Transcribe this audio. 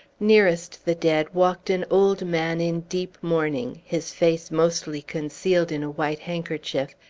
nearest the dead walked an old man in deep mourning, his face mostly concealed in a white handkerchief,